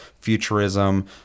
futurism